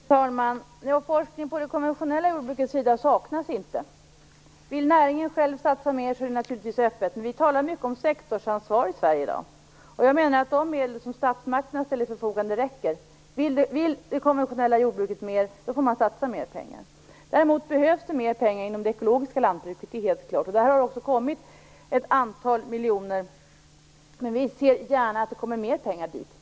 Fru talman! Det saknas inte forskning på det konventionella jordbrukets område. Om näringen själv vill satsa mer är det naturligtvis öppet för det. Vi talar mycket om sektorsansvar i Sverige i dag. Jag menar att de medel som statsmakterna ställer till förfogande räcker. Vill det konventionella jordbruket göra mer får man satsa mer pengar. Däremot behövs det mer pengar inom det ekologiska lantbruket. Det är helt klart. Det har också kommit ett antal miljoner, men vi ser gärna att det kommer mer pengar dit.